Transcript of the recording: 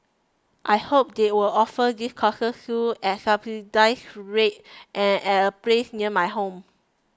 I hope they will offer these courses soon at subsidised rates and at a place near my home